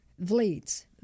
Vleets